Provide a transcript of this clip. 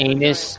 Anus